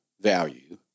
value